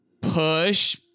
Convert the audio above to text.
Push